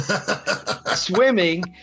Swimming